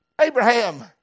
Abraham